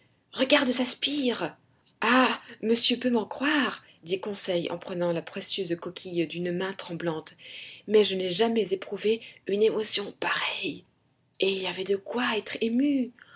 regarde sa spire ah monsieur peut m'en croire dit conseil en prenant la précieuse coquille d'une main tremblante mais je n'ai jamais éprouvé une émotion pareille et il y avait de quoi être ému